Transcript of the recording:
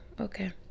okay